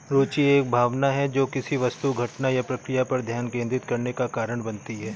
रूचि एक भावना है जो किसी वस्तु घटना या प्रक्रिया पर ध्यान केंद्रित करने का कारण बनती है